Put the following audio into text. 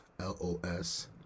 L-O-S